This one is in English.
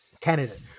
candidate